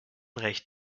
recht